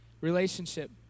relationship